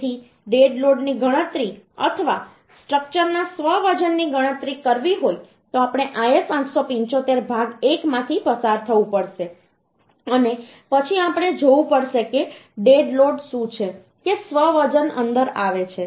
તેથી ડેડ લોડની ગણતરી અથવા સ્ટ્રક્ચરના સ્વ વજનની ગણતરી કરવી હોય તો આપણે IS875 ભાગ 1માંથી પસાર થવું પડશે અને પછી આપણે જોવું પડશે કે ડેડ લોડ શું છે કે સ્વ વજન અંદર આવે છે